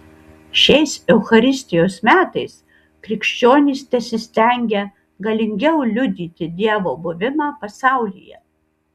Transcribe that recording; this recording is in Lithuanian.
šiais eucharistijos metais krikščionys tesistengia galingiau liudyti dievo buvimą pasaulyje